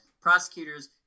prosecutors